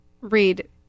read